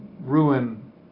ruin